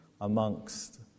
amongst